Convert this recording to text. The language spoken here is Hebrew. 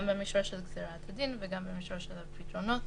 גם במישור של גזירת הדין וגם במישור של הפתרונות,